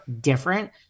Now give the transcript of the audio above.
different